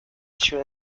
two